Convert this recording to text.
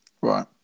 Right